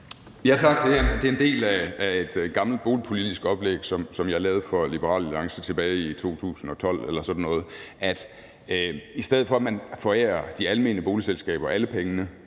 Tak. Det er en del af et gammelt boligpolitisk oplæg, som jeg lavede for Liberal Alliance tilbage i 2012 eller sådan noget, altså at man, i stedet for at man forærer de almene boligselskaber alle pengene,